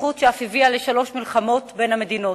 במתיחות שאף הביאה לשלוש מלחמות בין המדינות.